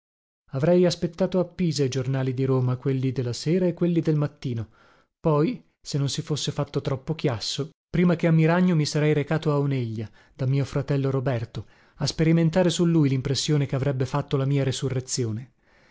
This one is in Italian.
avrei aspettato a pisa i giornali di roma quelli de la sera e quelli del mattino poi se non si fosse fatto troppo chiasso prima che a miragno mi sarei recato a oneglia da mio fratello roberto a sperimentare su lui limpressione che avrebbe fatto la mia resurrezione